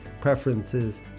preferences